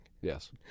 yes